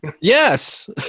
Yes